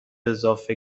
اضافه